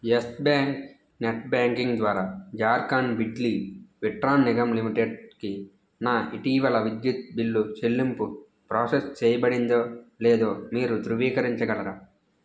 yes Bank net banking ద్వారా జార్ఖండ్ బిజ్లి విట్రాన్ నిగమ్ లిమిటెడ్కి నా ఇటీవల విద్యుత్ బిల్లు చెల్లింపు ప్రాసస్ చేయబడిందో లేదో మీరు ధృవీకరించగలరా